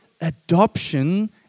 adoption